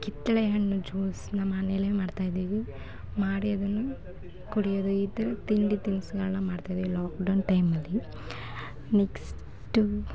ಕಿತ್ತಳೆ ಹಣ್ಣಿನ ಜ್ಯೂಸನ್ನ ಮನೇಲೆ ಮಾಡ್ತಾಯಿದೀವಿ ಮಾಡಿ ಅದನ್ನು ಕುಡಿಯೋದು ಈ ಥರ ತಿಂಡಿ ತಿನಿಸುಗಳನ್ನ ಮಾಡ್ತಾಯಿದ್ವಿ ಲಾಕ್ಡೌನ್ ಟೈಮಲ್ಲಿ ನೆಕ್ಸ್ಟು